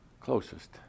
closest